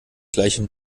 gleichem